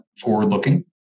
forward-looking